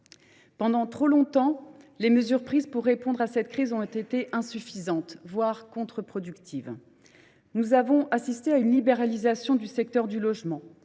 Pendant trop longtemps, les mesures prises pour répondre à cette crise ont été insuffisantes, voire contre productives. Nous avons assisté à une libéralisation du secteur du logement